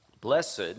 Blessed